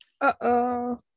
Uh-oh